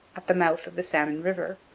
at the mouth of the salmon river,